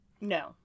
No